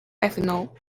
ethanol